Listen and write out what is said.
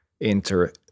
enter